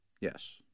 Yes